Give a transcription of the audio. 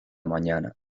mañana